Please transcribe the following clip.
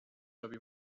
robi